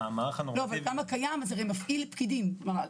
גם הקיים מפעיל פקידים.